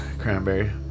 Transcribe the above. Cranberry